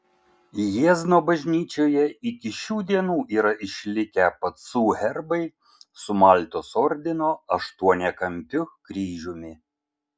jiezno bažnyčioje iki šių dienų yra išlikę pacų herbai su maltos ordino aštuoniakampiu kryžiumi